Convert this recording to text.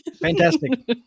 Fantastic